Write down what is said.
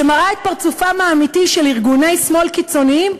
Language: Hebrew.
שמראה את פרצופם האמיתי של ארגוני שמאל קיצוניים,